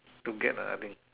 to get lah I think